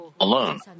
alone